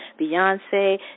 beyonce